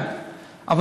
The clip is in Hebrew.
אז מאיפה תוריד?